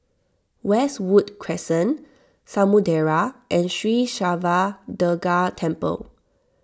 Westwood Crescent Samudera and Sri Siva Durga Temple